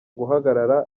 guhagarara